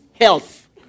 health